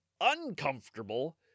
uncomfortable